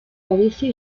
codicia